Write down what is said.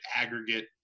aggregate